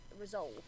resolve